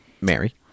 Mary